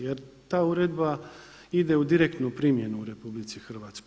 Jer ta uredba ide u direktnu primjenu u RH.